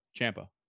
Champa